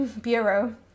bureau